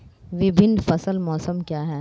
विभिन्न फसल मौसम क्या हैं?